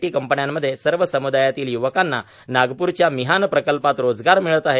T कंपन्यामध्ये सर्व सम्दायातील य्वकांना नागप्रच्या मिहान प्रकल्पात रोजगार मिळत आहेत